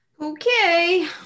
Okay